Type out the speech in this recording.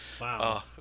Wow